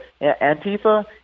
Antifa